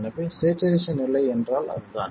எனவே ஸ்சேச்சுரேசன் நிலை என்றால் அதுதான்